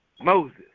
Moses